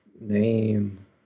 name